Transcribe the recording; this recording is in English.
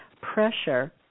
pressure